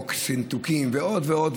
חוק צנתוקים ועוד ועוד,